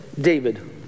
David